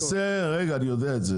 אני יודע את זה.